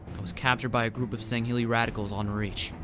i was captured by a group of sangheili radicals on reach.